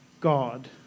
God